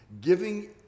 giving